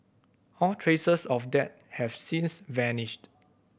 all traces of that have since vanished